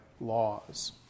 laws